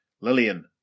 Lillian